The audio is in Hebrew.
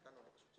כממשלה,